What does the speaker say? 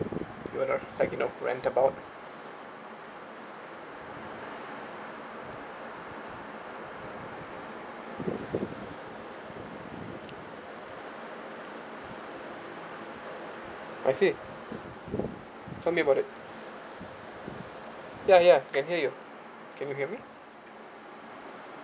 like you know rant about I see tell me about it ya ya can hear you can you hear me